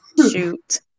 shoot